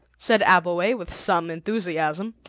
said abbleway with some enthusiasm.